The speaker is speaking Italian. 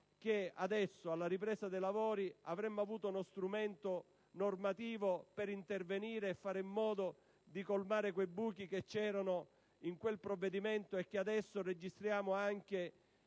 che alla ripresa dei lavori avremmo avuto uno strumento normativo per intervenire e colmare i buchi che c'erano in quel provvedimento, e che adesso registriamo anche